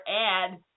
add